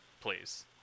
please